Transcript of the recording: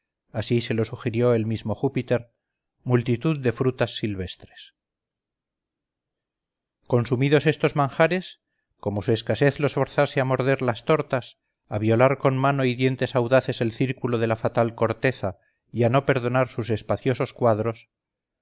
luego sobre aquel asiento dado por ceres así se lo sugirió el mismo júpiter multitud de frutas silvestres consumidos estos manjares como su escasez los forzase a morder las tortas a violar con mano y dientes audaces el círculo de la fatal corteza y a no perdonar sus espaciosos cuadros